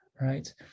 right